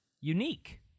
unique